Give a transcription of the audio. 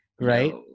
Right